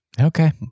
okay